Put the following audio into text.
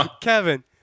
Kevin